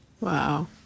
Wow